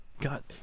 god